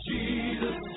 Jesus